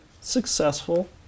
successful